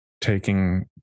taking